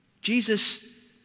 Jesus